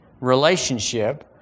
relationship